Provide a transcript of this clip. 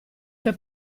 che